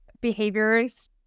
behaviors